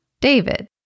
David